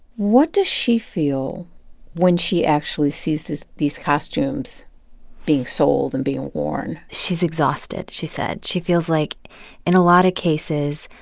what does she feel when she actually sees these these costumes being sold and being worn? she's exhausted, she said. she feels like in a lot of cases,